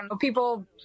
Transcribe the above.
people